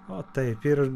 o taip ir